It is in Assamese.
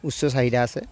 উচ্চ চাহিদা আছে